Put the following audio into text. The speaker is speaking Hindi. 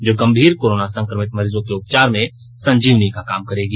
जो गंभीर कोरोना संक्रमित मरीजों के उपचार में संजीवनी का काम करेगी